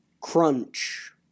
Crunch